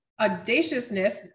audaciousness